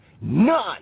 None